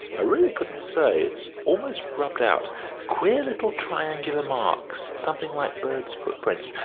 i really couldn't say it's almost rubbed out queer little triangular marks, something like birds' footprints.